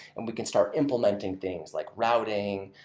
and we can start implementing things, like routing,